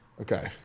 Okay